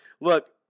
Look